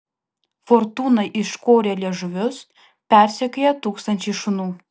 fortūną iškorę liežuvius persekioja tūkstančiai šunų